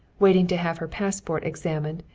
waiting to have her passport examined,